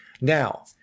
now